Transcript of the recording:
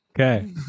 Okay